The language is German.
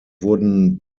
wurden